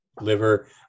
liver